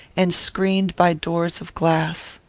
and screened by doors of glass.